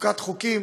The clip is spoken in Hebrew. שחקיקת חוקים